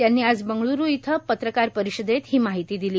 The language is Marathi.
त्यांनी आज बेंगळुरू इथं पत्रकारपरिषदेत ही माहिती दिली